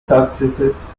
successes